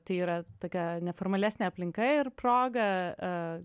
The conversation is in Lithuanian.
tai yra tokia neformalesnė aplinka ir proga